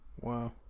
Wow